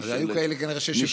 אז היו כאלה כנראה ששיבשו את זה.